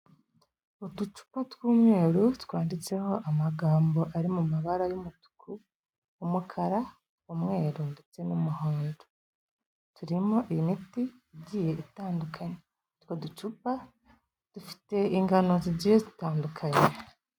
Uducupa tw'umweru twanditseho amagambo ari mu mabara y'umutuku, umukara, umweru ndetse n'umuhondo, turimo imiti igiye itandukanye. Utwo ducupa dufite ingano zigiye zitandukanye.